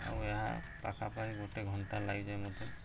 ଆଉ ଏହା ପାଖାପାଖି ଗୋଟେ ଘଣ୍ଟା ଲାଗିଯାଏ ମୋତେ